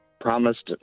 promised